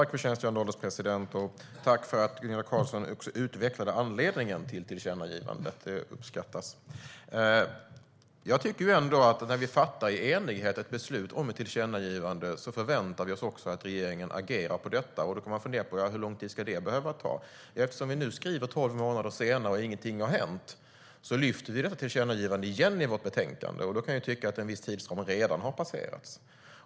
Fru ålderspresident! Jag tackar Gunilla Carlsson för att hon utvecklade anledningen till tillkännagivandet. Det uppskattas. STYLEREF Kantrubrik \* MERGEFORMAT Radio och tv i allmänhetens tjänstDå kan man fundera på hur lång tid det ska behöva ta. Ingenting har hänt tolv månader senare. Därför lyfter vi fram detta tillkännagivande igen i betänkandet. Då kan jag tycka att en viss tidsram redan har passerats.